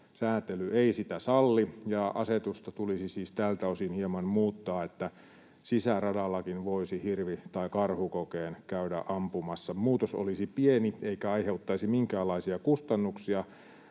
säätely ei sitä salli, ja asetusta tulisi siis tältä osin hieman muuttaa, niin että sisäradallakin voisi hirvi- tai karhukokeen käydä ampumassa. Muutos olisi pieni eikä aiheuttaisi minkäänlaisia kustannuksia,